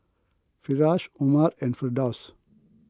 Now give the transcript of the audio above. Firash Umar and Firdaus